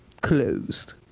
closed